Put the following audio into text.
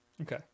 Okay